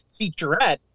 featurette